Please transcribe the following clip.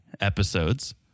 episodes